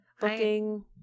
booking